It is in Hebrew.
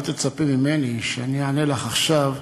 אל תצפי ממני שאני אענה לך עכשיו.